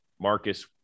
Marcus